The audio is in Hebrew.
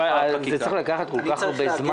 זה צריך לקחת כל כך הרבה זמן?